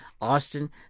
Austin